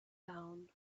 down